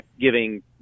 giving